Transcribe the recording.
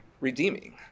redeeming